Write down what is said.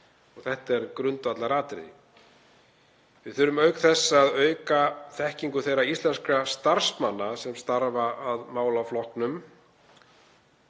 Þetta er grundvallaratriði. Við þurfum auk þess að auka þekkingu þeirra íslensku starfsmanna sem starfa að málaflokknum